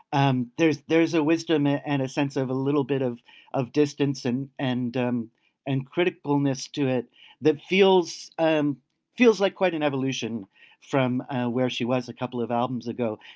um there's there is a wisdom and a sense of a little bit of of distance and and um and critical coolness to it that feels um feels like quite an evolution from where she was a couple of albums ago.